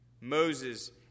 Moses